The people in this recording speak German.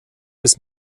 bis